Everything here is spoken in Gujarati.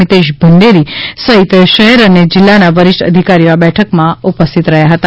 મીતેશ ભંડેરી સહીત શહેર અને જિલ્લાના વરિષ્ઠ અધિકારીઓ આ બેઠકમાં ઉપસ્થિત રહયા હતા